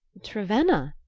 trevenna?